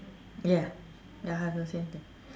ya ya I have the same thing